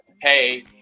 hey